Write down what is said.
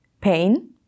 pain